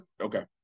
Okay